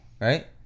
right